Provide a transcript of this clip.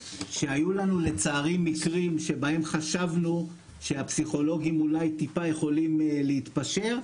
שהיו לנו לצערי מקרים שבהם חשבנו שהפסיכולוגים יכולים אולי טיפה להתפשר.